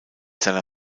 seiner